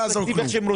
לא יעזור כלום.